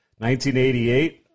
1988